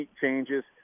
changes